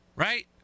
Right